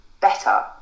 better